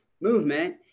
movement